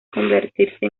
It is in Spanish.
convertirse